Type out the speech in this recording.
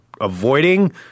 avoiding